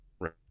Right